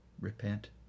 Repent